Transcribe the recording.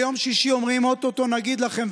ביום שישי אומרים: או-טו-טו נגיד לכם,